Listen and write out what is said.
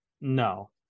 No